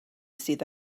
sydd